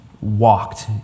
Walked